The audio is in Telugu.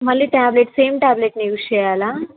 మళ్ళీ టాబ్లెట్ సేమ్ ట్యాబ్లెట్ యూజ్ చేయాలా